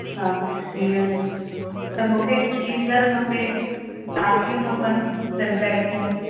अच्छा हीअं त मूंखे हिकु गीज़र खपे टांकियूं खपनि सेंटेक्स जूं